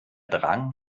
drang